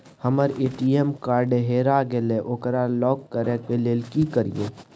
हमर ATM card हेरा गेल ओकरा लॉक करै के लेल की करियै?